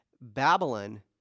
Babylon